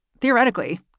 Theoretically